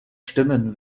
stimmen